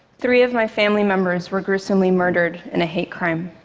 three of my family members were gruesomely murdered in a hate crime.